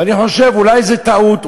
ואני חושב: אולי זו טעות,